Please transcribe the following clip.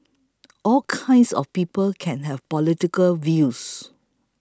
all kinds of people can have political views